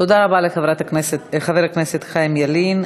תודה רבה לחברת הכנסת, חבר הכנסת חיים ילין.